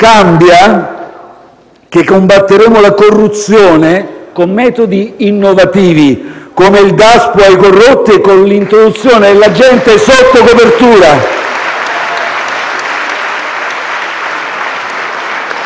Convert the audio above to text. Cambia che combatteremo la corruzione con metodi innovativi come il Daspo ai corrotti e con l'introduzione dell'agente sotto copertura.